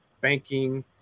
banking